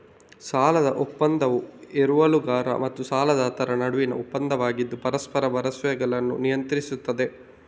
ಸಾಲದ ಒಪ್ಪಂದವು ಎರವಲುಗಾರ ಮತ್ತು ಸಾಲದಾತರ ನಡುವಿನ ಒಪ್ಪಂದವಾಗಿದ್ದು ಪರಸ್ಪರ ಭರವಸೆಗಳನ್ನು ನಿಯಂತ್ರಿಸುತ್ತದೆ